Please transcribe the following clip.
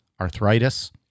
arthritis